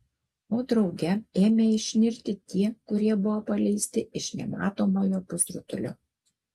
o drauge ėmė išnirti tie kurie buvo paleisti iš nematomojo pusrutulio